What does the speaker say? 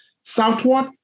southward